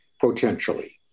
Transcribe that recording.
potentially